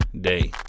day